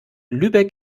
lübeck